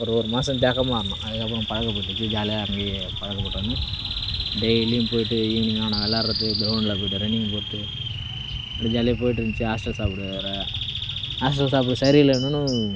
ஒரு ஒரு மாதம் தேகமாக இருந்தோம் அதுக்கப்புறம் பழக்கப்பட்டுச்சு ஜாலியாக அங்கேயே பழக்கப்பட்டவுடனே டெய்லியும் போய்ட்டு ஈவினிங் ஆனால் விளையாடுறதுக்கு கிரௌண்ட்டில் போய்ட்டு வர ரன்னிங் போய்ட்டு அப்படியே ஜாலியாக போய்ட்டு இருந்துச்சு ஹாஸ்டல் சாப்பாடு வேறு ஹாஸ்டல் சாப்பாடு சரி இல்லைனாலும்